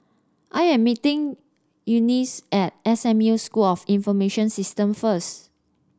I am meeting Eunice at S M U School of Information System first